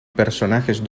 personajes